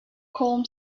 calm